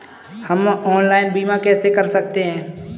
हम ऑनलाइन बीमा कैसे कर सकते हैं?